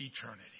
Eternity